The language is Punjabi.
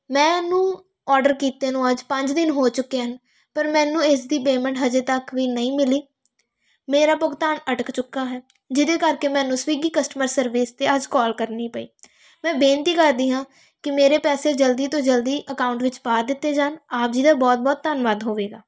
ਮੈਨੂੰ ਔਡਰ ਕੀਤੇ ਨੂੰ ਅੱਜ ਪੰਜ ਦਿਨ ਹੋ ਚੁੱਕੇ ਹਨ ਪਰ ਮੈਨੂੰ ਇਸ ਦੀ ਪੇਮੈਂਟ ਅਜੇ ਤੱਕ ਵੀ ਨਹੀਂ ਮਿਲੀ ਮੇਰਾ ਭੁਗਤਾਨ ਅਟਕ ਚੁੱਕਾ ਹੈ ਜਿਹਦੇ ਕਰਕੇ ਮੈਨੂੰ ਸਵੀਗੀ ਕਸਟਮਰ ਸਰਵਿਸ 'ਤੇ ਅੱਜ ਕੋਲ ਕਰਨੀ ਪਈ ਮੈਂ ਬੇਨਤੀ ਕਰਦੀ ਹਾਂ ਕਿ ਮੇਰੇ ਪੈਸੇ ਜਲਦੀ ਤੋਂ ਜਲਦੀ ਅਕਾਊਂਟ ਵਿੱਚ ਪਾ ਦਿੱਤੇ ਜਾਣ ਆਪ ਜੀ ਦਾ ਬਹੁਤ ਬਹੁਤ ਧੰਨਵਾਦ ਹੋਵੇਗਾ